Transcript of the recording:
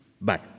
Bye